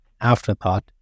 afterthought